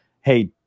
Hey